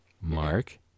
Mark